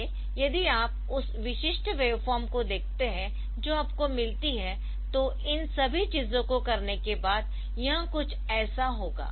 इसलिए यदि आप उस विशिष्ट वेवफॉर्म को देखते है जो आपको मिलती है तो इन सभी चीजों को करने के बाद यह कुछ ऐसा होगा